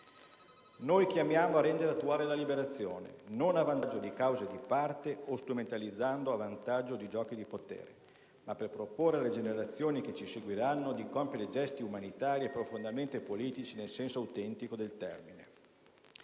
Noi chiamiamo a rendere attuale la Liberazione, non a vantaggio di cause di parte o strumentalizzando a vantaggio di giuochi di potere, ma per proporre alle generazioni che ci seguiranno di compiere gesti umanitari e profondamente politici nel senso autentico del termine.